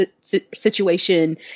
situation